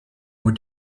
more